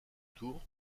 tours